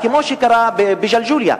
כמו שקרה בג'לג'וליה.